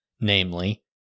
namely